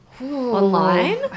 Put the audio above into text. online